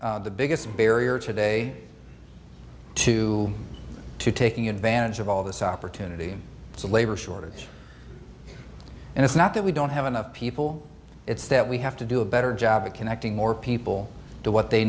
the biggest barrier today to taking advantage of all this opportunity it's a labor shortage and it's not that we don't have enough people it's that we have to do a better job of connecting more people to what they